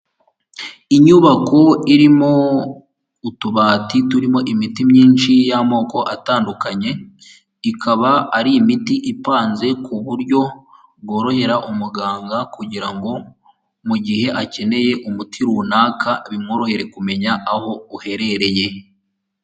Inyubako irimo utubati turimo imiti myinshi y'amoko atandukanye ikaba ari imiti ipanze ku buryo bworohera umuganga kugira ngo mu gihe akeneye umuti runaka bimworohere kumenya aho uherereye.